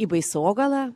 į baisogalą